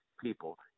people